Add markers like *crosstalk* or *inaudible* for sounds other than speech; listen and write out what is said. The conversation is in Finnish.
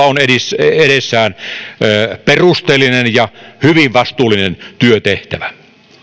*unintelligible* on edessään perusteellinen ja hyvin vastuullinen työtehtävä